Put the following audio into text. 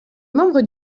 membres